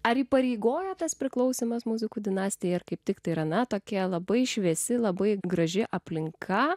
ar įpareigoja tas priklausymas muzikų dinastija kaip tiktai yra na tokia labai šviesi labai graži aplinka